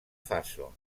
faso